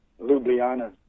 Ljubljana